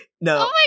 no